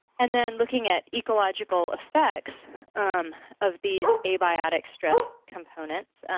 and then looking at ecological effects of these abiotic stress components,